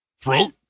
Throat